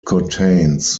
contains